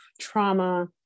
trauma